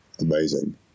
amazing